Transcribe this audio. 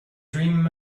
dream